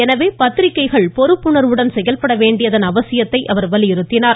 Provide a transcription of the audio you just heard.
எனவே பத்திரிக்கைகள் பொறுப்புணர்வுடன் செயல்பட வேண்டியதன் அவசியத்தை அவர் வலியுறுத்தினார்